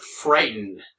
frightened